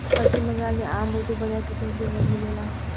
पश्चिम बंगाल में आम बहुते बढ़िया किसिम के मिलेला